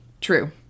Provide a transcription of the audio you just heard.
True